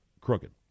crooked